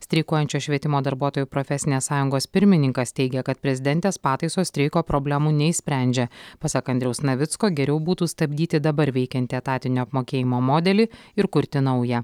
streikuojančios švietimo darbuotojų profesinės sąjungos pirmininkas teigia kad prezidentės pataisos streiko problemų neišsprendžia pasak andriaus navicko geriau būtų stabdyti dabar veikiantį etatinio apmokėjimo modelį ir kurti naują